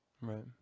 Right